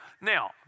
Now